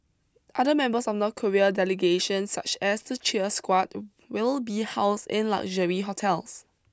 other members of North Korea delegation such as the cheer squad will be housed in luxury hotels